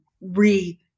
re-